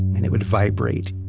and it would vibrate.